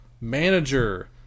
manager